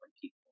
people